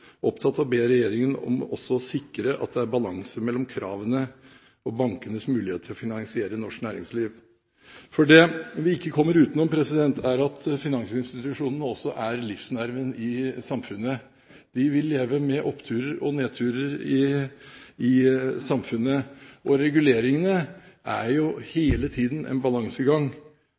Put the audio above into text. opptatt av å be regjeringen om også å sikre at det er balanse mellom kravene og bankenes mulighet til å finansiere norsk næringsliv. Det vi ikke kommer utenom, er at finansinstitusjonene også er livsnerven i samfunnet. Vi vil leve med oppturer og nedturer i samfunnet, og reguleringene er hele tiden en balansegang